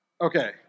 Okay